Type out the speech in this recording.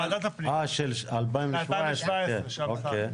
של 2017, כן, אוקיי.